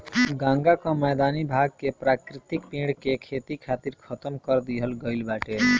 गंगा कअ मैदानी भाग के प्राकृतिक पेड़ के खेती खातिर खतम कर दिहल गईल बाटे